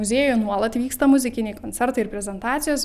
muziejuje nuolat vyksta muzikiniai koncertai ir prezentacijos